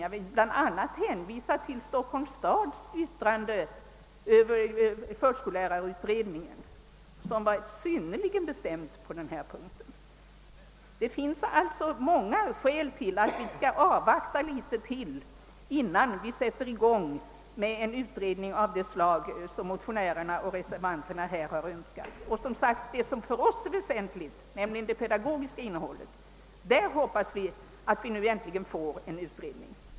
Jag vill bl.a. hänvisa till det yttrande som Stockholms stads barnavårdsnämnd avgav över förskollärarutredningen och som var synnerligen bestämt på denna punkt. Det finns alltså många skäl som talar för att vi skall avvakta något innan vi igångsätter en utredning av det slag som motionärerna och reservanterna önskar. Och som sagt: När det gäller det som för oss är väsentligt — det pedagogiska innehållet — så hoppas vi att det nu äntligen blir en utredning.